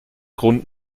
grund